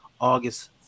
August